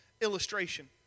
illustration